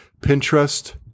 Pinterest